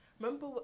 remember